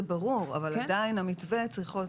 זה ברור אבל עדיין המתווה צריך להיות